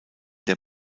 der